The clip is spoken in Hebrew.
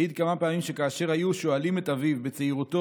העיד כמה פעמים שכאשר היו שואלים את אביו בצעירותו: